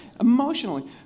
emotionally